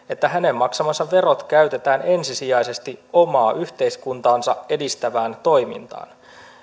että hänen maksamansa verot käytetään ensisijaisesti hänen omaa yhteiskuntaansa edistävään toimintaan